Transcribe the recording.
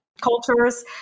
cultures